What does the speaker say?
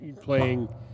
playing